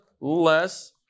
less